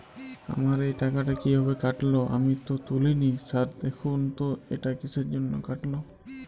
আমার এই টাকাটা কীভাবে কাটল আমি তো তুলিনি স্যার দেখুন তো এটা কিসের জন্য কাটল?